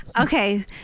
Okay